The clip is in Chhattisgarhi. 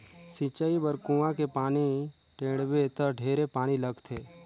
सिंचई बर कुआँ के पानी टेंड़बे त ढेरे पानी लगथे